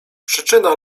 przyczyna